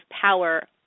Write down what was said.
power